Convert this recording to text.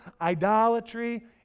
idolatry